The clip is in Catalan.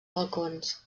balcons